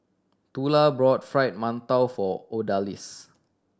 Tula bought Fried Mantou for Odalis